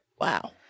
Wow